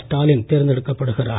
Stalin தேர்ந்தெடுக்கப்படுகிறார்